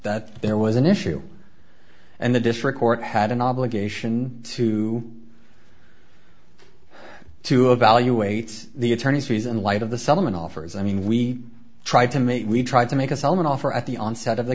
that there was an issue and the district court had an obligation to to evaluate the attorneys fees in light of the settlement offers i mean we tried to make we tried to make us all an offer at the onset of the